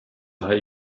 hai